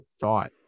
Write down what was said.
thought